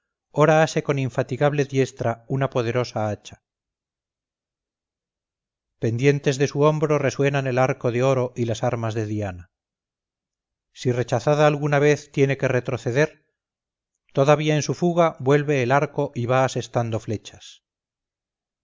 ora ase con infatigable diestra una poderosa hacha pendientes de su hombro resuenan el arco de oro y las armas de diana si rechazada alguna vez tiene que retroceder todavía en su fuga vuelve el arco y va asestando flechas